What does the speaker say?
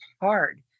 hard